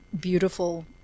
beautiful